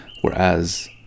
whereas